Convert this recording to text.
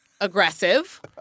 Aggressive